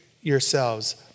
yourselves